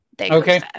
Okay